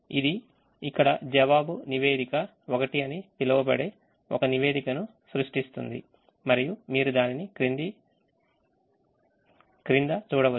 ఇది ఇక్కడ జవాబు నివేదిక 1 అని పిలువబడే ఒక నివేదికను సృష్టిస్తుంది మరియు మీరు దానిని క్రింద చూడవచ్చు